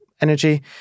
energy